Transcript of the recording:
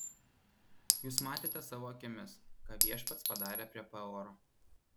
jūs matėte savo akimis ką viešpats padarė prie peoro